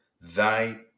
Thy